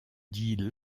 dit